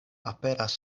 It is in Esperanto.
aperas